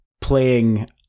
playing